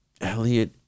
Elliot